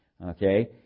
Okay